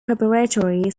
preparatory